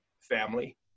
family